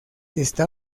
está